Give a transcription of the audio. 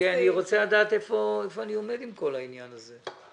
אני רוצה לדעת איפה אני עומד עם כל העניין הזה.